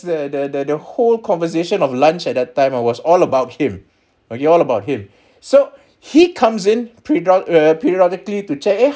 the the the whole conversation of lunch at that time I was all about him okay all about him so he comes in pre drunk prerogatively to check